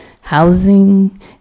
housing